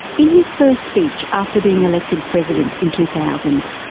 in his first speech after being elected president in two thousand,